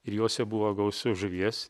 ir juose buvo gausu žuvies